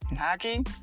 hockey